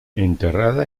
enterrada